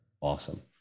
Awesome